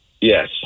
Yes